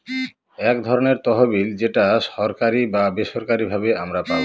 এক ধরনের তহবিল যেটা সরকারি বা বেসরকারি ভাবে আমারা পাবো